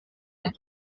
ein